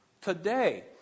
today